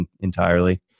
entirely